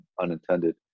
unintended